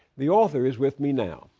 the author is with me now.